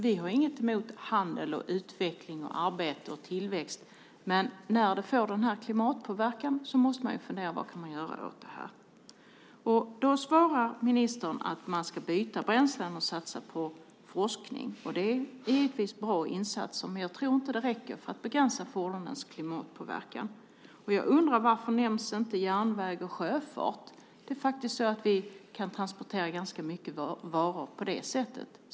Vi har inget emot handel, utveckling, arbete och tillväxt, men när det medför denna klimatpåverkan måste man fundera över vad man kan göra åt det. Ministern svarar att man ska byta bränslen och satsa på forskning. Det är givetvis bra insatser, men jag tror inte att det räcker för att begränsa fordonens klimatpåverkan. Jag undrar varför inte järnväg och sjöfart nämns. Vi kan faktiskt transportera ganska mycket på det sättet.